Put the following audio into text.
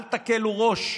אל תקלו ראש.